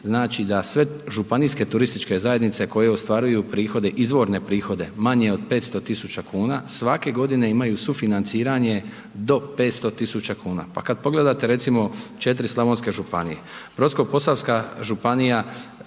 znači da sve županijske turističke zajednice koje ostvaruju prihode, izvorne prihode manje od 500.000,00 kn svake godine imaju sufinanciranje do 500.000,00 kn. Pa kad pogledate recimo 4 slavonske županije. Brodsko-posavska županija